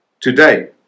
Today